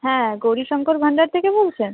হ্যাঁ গৌরীশঙ্কর ভান্ডার থেকে বলছেন